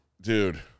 Dude